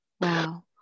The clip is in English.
Wow